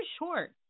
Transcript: short